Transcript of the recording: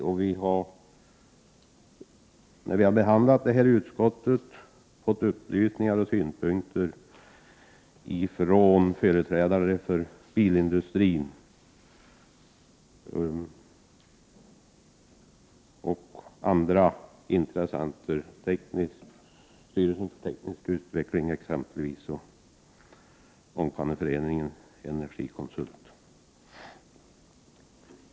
I samband med utskottsbehandlingen har vi fått upplysningar och synpunkter från företrädare för bilindustrin och andra intressenter, exempelvis STU, Ångpanneföreningen och Energikonsult.